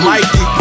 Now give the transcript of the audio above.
Mikey